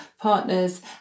partners